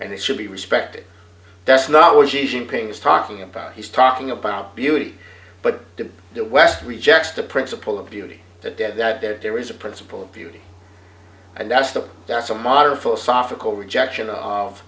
and it should be respected that's not always asian ping is talking about he's talking about beauty but to the west rejects the principle of beauty that dead that there is a principle of beauty and that's the that's a modern philosophical rejection of